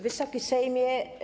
Wysoki Sejmie!